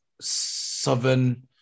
Southern